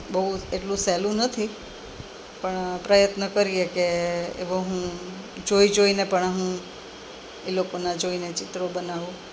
બોઉ એટલું સહેલું નથી પણ પ્રયત્ન કરીએ કે હવે હું જોઈ જોઈને પણ હું એ લોકોનાં જોઇને ચિત્રો બનાવું